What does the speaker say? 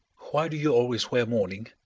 why do you always wear mourning?